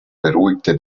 beruhigte